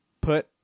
put